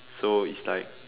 so is like